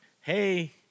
hey